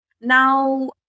Now